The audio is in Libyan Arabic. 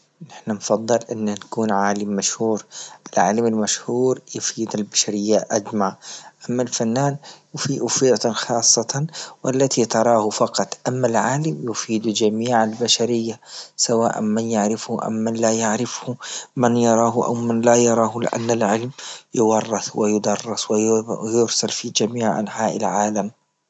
نحن نفضل انا نكون عالم مشهور، التعليم المشهور يفيد البشرية أجمع، أما الفنان أو في فئة خاصة والتي تراه فقط، أما العالم يفيد جميع البشرية سواء من يعرفه من لا يعرفه، من يراه او من لا يراه لأن العلم يورث ويدرس في جميع أنحاء العالم.